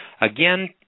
Again